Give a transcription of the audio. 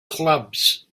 clubs